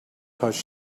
because